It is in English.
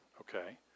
Okay